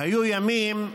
היו ימים,